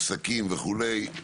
עסקים וכו',